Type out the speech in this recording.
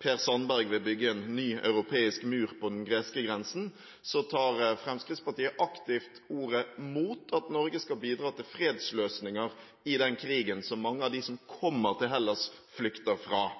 Per Sandberg vil bygge en ny europeisk mur på den greske grensen, tar Fremskrittspartiet aktivt til orde mot at Norge skal bidra til fredsløsninger i den krigen som mange av dem som kommer til Hellas, flykter fra.